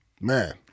Man